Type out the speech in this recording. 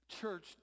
Church